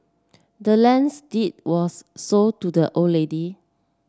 the land's deed was sold to the old lady